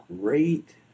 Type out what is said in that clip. great